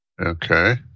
Okay